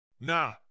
Nah